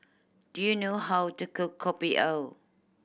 do you know how to cook Kopi O